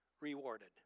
rewarded